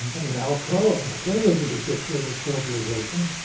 i mean, alcoa, they're ready to get rid of globalization.